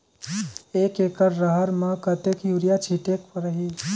एक एकड रहर म कतेक युरिया छीटेक परही?